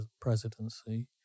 presidency